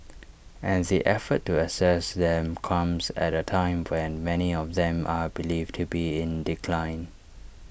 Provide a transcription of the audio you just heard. and the effort to assess them comes at A time when many of them are believed to be in decline